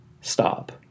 stop